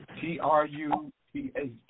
T-R-U-T-H